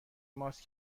ماست